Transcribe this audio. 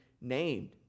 named